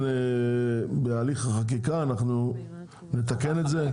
בהליך החקיקה אנחנו נתקן את זה,